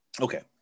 Okay